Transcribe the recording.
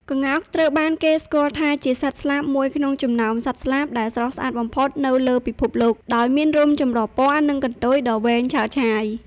ក្ងោកត្រូវបានគេស្គាល់ថាជាសត្វស្លាបមួយក្នុងចំណោមសត្វស្លាបដែលស្រស់ស្អាតបំផុតនៅលើពិភពលោក ដោយមានរោមចម្រុះពណ៌ និងកន្ទុយដ៏វែងឆើតឆាយ។